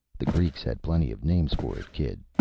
the greeks had plenty of names for it, kid,